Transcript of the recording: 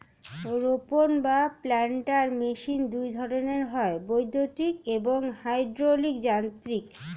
রোপক বা planter machine দুই ধরনের হয়, বৈদ্যুতিন এবং হাইড্রলিক যান্ত্রিক